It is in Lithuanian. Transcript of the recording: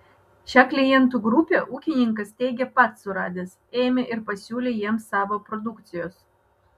šią klientų grupę ūkininkas teigia pats suradęs ėmė ir pasiūlė jiems savo produkcijos